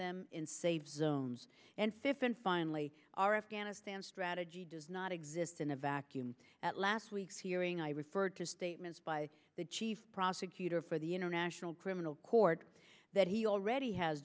them in save zones and fifth and finally our afghanistan strategy does not exist in a vacuum at last week's hearing i referred to statements by the chief prosecutor for the international criminal court that he already has